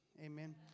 Amen